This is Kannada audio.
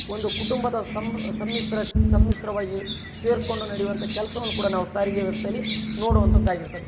ಒಂದು ಕುಟುಂಬದ ಸಮ ಸಮ್ಮಿಶ್ರ ಸಮ್ಮಿಶ್ರವಾಗಿ ಸೇರಿಕೊಂಡು ನಡಿವಂಥ ಕೆಲಸವನ್ ಕೂಡ ನಾವು ಸಾರಿಗೆ ವ್ಯವಸ್ಥೆಲಿ ನೋಡುವಂಥದ್ ಆಗಿರ್ತದೆ